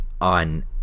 on